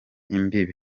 imbibi